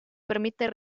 permite